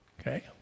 okay